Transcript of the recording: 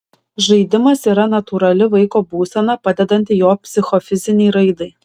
žaidimas yra natūrali vaiko būsena padedanti jo psichofizinei raidai